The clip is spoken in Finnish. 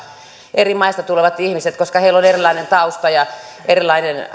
eri maista tulevat ihmiset työllistyvät eri lailla koska heillä on erilainen tausta ja erilainen